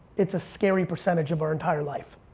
it's a scary percentage of our entire life.